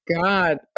God